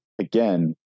again